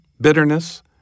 bitterness